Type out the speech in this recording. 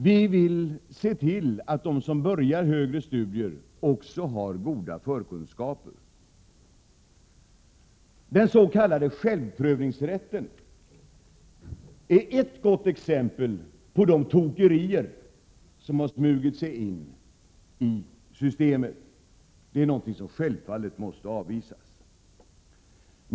Vi vill se till att de som börjar högre studier också har goda förkunskaper. Den s.k. självprövningsrätten är ett gott exempel på de tokerier som har smugit sig in i systemet. Det är någonting som självfallet måste avvisas.